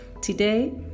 Today